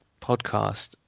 podcast